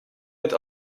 het